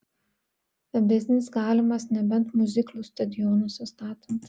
biznis galimas nebent miuziklus stadionuose statant